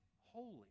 holy